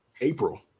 April